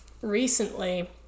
recently